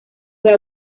fue